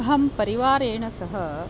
अहं परिवारेण सह